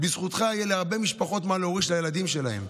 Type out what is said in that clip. בזכותך יהיה להרבה משפחות מה להוריש לילדים שלהם,